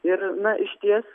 ir na išties